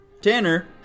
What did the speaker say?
Tanner